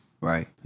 right